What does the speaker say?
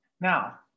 Now